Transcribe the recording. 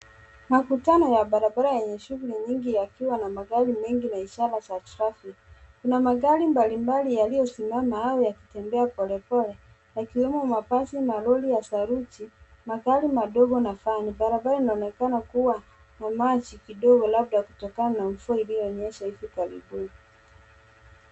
Makutano ya barabara yenye shughuli nyingi yakiwa na magari mengi na ishara za traffic . Kuna magari mbali mbali yalio simama au yakitembea pole pole yakiwemo mabasi na malori ya saruji. Magari madogo na vani, barabara inaonekana kuwa na maji kidogo labda kutokana na mvua ilio nyesha ivi karibuni.